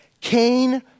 Cain